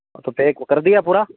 हाँ तो पे तो कर दिया पूरा